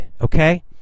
okay